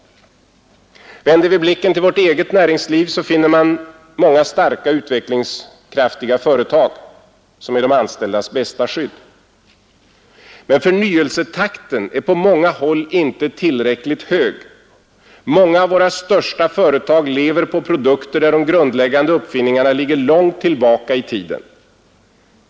Vänder vi blicken till vårt eget näringsliv finner man många starka och utvecklingskraftiga företag. De är de anställdas bästa skydd. Men förnyelsetakten är på många håll inte tillräckligt hög. Många av våra största företag lever på produkter där de grundläggande uppfinningarna ligger långt tillbaka i tiden.